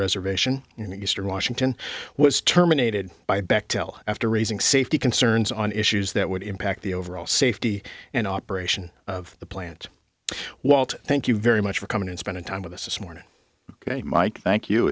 reservation in eastern washington was terminated by bechtel after raising safety concerns on issues that would impact the overall safety and operation of the plant walt thank you very much for coming and spending time with us this morning mike thank you